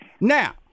Now